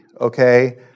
okay